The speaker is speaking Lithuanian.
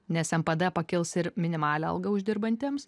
nes mpd pakils ir minimalią algą uždirbantiems